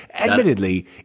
admittedly